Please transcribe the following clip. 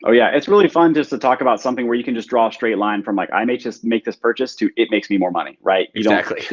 ah yeah, it's really fun just to talk about something where you can just draw a straight line from i like i may just make this purchase to it makes me more money, right? exactly.